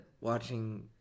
watching